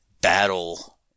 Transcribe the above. battle